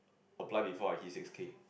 apply before I hit six K